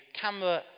camera